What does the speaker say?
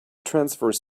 transverse